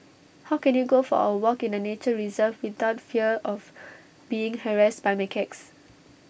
how can you go for A walk in A nature reserve without fear of being harassed by macaques